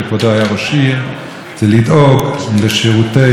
זה לדאוג לשירותי מבני חינוך,